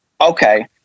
Okay